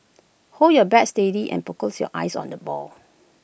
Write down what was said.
hold your bat steady and focus your eyes on the ball